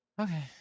Okay